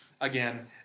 again